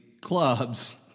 clubs